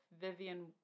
Vivian